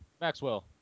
Maxwell